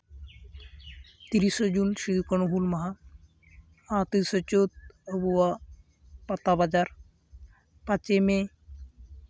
ᱛᱤᱨᱤᱥᱟ ᱡᱩᱱ ᱥᱤᱫᱩ ᱠᱟ ᱱᱩ ᱦᱩᱞ ᱢᱟᱦᱟ ᱟᱨ ᱛᱤᱨᱤᱥᱟ ᱪᱟᱹᱛ ᱟᱵᱚᱣᱟᱜ ᱯᱟᱛᱟ ᱵᱟᱡᱟᱨ ᱯᱟᱸᱪᱮᱭ ᱢᱮ